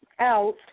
out